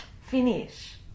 finish